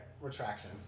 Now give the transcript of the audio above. retraction